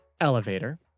elevator